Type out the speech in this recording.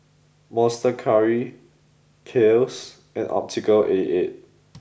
monster Curry Kiehl's and Optical eight eight